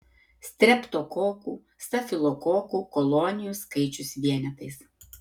streptokokų stafilokokų kolonijų skaičius vienetais